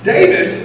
David